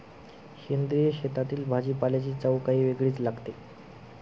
सेंद्रिय शेतातील भाजीपाल्याची चव काही वेगळीच लागते